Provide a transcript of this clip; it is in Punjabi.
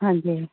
ਹਾਂਜੀ